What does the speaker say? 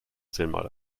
zehnmal